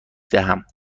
دهم